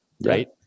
right